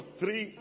three